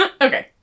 Okay